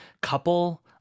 couple